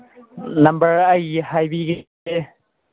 number ꯑꯩꯒꯤ ꯍꯥꯏꯕꯤꯒꯦ